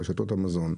רשתות המזון,